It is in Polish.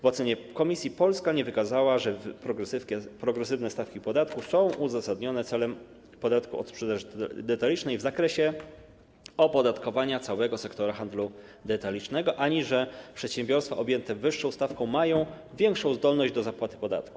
W ocenie Komisji Polska nie wykazała, że progresywne stawki podatku są uzasadnione w przypadku podatku od sprzedaży detalicznej w zakresie opodatkowania całego sektora handlu detalicznego ani że przedsiębiorstwa objęte wyższą stawką mają większą zdolność do zapłaty podatku.